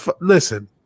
listen